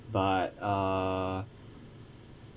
but uh